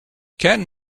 can